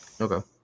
Okay